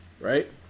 right